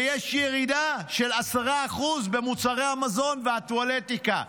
ויש ירידה של 10% במחירי מוצרי המזון והטואלטיקה.